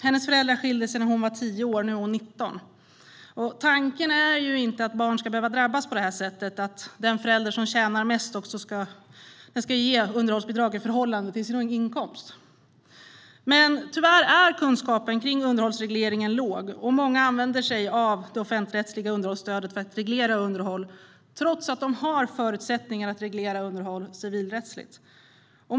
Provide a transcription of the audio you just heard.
Hennes föräldrar skilde sig när hon var tio år. Nu är hon 19. Tanken är inte att barn ska behöva drabbas på det här sättet. Den förälder som tjänar mest ska ge underhållsbidrag i förhållande till sin inkomst. Men tyvärr är kunskapen kring underhållsregleringen låg, och många använder sig av det offentligrättsliga underhållsstödet för att reglera underhåll, trots att de har förutsättningar att reglera underhåll civilrättsligt.